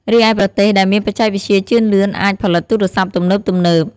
រីឯប្រទេសដែលមានបច្ចេកវិទ្យាជឿនលឿនអាច ផលិតទូរស័ព្ទទំនើបៗ ។